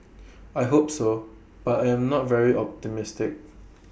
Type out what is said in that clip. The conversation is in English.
I hope so but I am not very optimistic